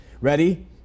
Ready